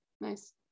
Nice